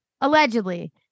Allegedly